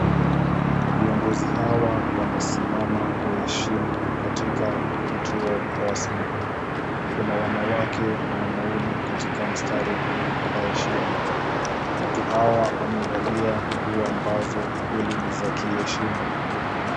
Viongozi hawa wamesimama kwa heshima katika kituo rasmi. Kuna wanaume na wanawake katika mstari huu wa heshima. Watu hawa wamevalia nguo ambazo kweli ni za kieshima.